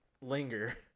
linger